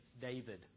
David